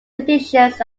conditions